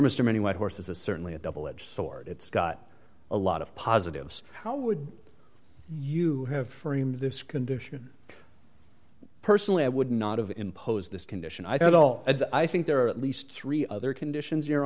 mr many white horses a certainly a double edged sword it's got a lot of positives how would you have framed this condition personally i would not have imposed this condition i thought oh i think there are at least three other conditions your